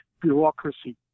bureaucracy